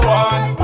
one